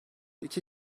iki